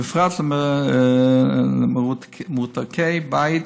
בפרט למרותקי בית,